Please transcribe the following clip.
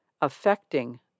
affecting